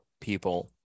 people